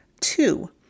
Two